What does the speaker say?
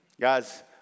Guys